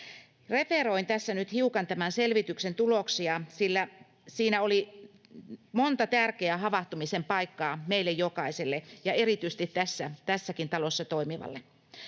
Referoin tässä nyt hiukan tämän selvityksen tuloksia, sillä siinä oli monta tärkeää havahtumisen paikkaa meille jokaiselle ja erityisesti tässäkin talossa toimivalle.